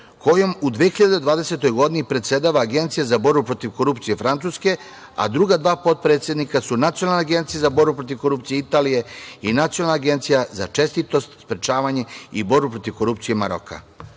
kojom u 2020. godini predsedava Agencija za borbu protiv korupcije Francuske, a druga dva potpredsednika su Nacionalna agencija za borbu protiv korupcije Italije i Nacionalna agencija za čestitost, sprečavanje i borbu protiv korupcije Maroka.